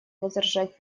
возражать